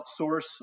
outsource